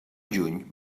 juny